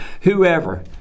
whoever